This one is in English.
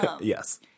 Yes